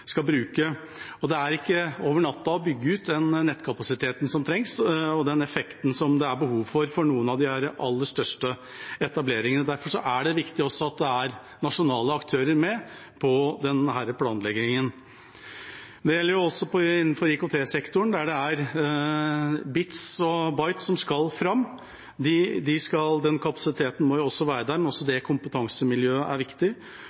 bruke. Det er ikke gjort over natta å bygge ut den nettkapasiteten som trengs, og den effekten som det er behov for, for noen av de aller største etableringene. Derfor er det viktig at det også er nasjonale aktører med på denne planleggingen. Det gjelder også innenfor IKT-sektoren, der det er bits og bites som skal fram. Den kapasiteten må jo også være der, så også det kompetansemiljøet er viktig.